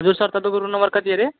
हजुर सर तपाईँको room number कति अरे